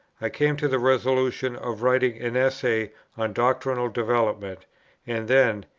i came to the resolution of writing an essay on doctrinal development and then,